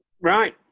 right